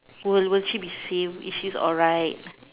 will will she be same if she's alright